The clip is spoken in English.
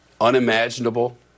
unimaginable